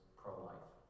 pro-life